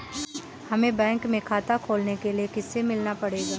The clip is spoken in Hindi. हमे बैंक में खाता खोलने के लिए किससे मिलना पड़ेगा?